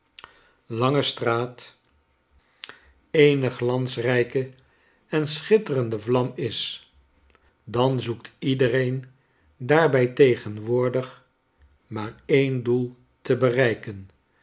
lange straat eene glansrijke en schitterende vlam is dan zoekt iedereen daarbij tegenwoordig maar en doel te bereiken